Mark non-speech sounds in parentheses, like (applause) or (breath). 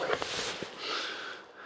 (breath)